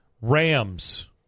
Rams